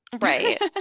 Right